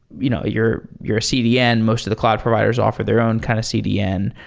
you know you're you're cdn. most of the cloud providers offer their own kind of cdn.